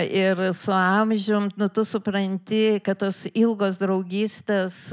ir su amžium tu supranti kad tos ilgos draugystės